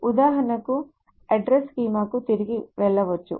ఉదాహరణకు అడ్రస్ స్కీమాకు తిరిగి వెళ్ళవచ్చు